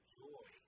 joy